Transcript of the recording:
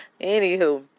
Anywho